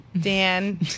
Dan